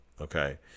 okay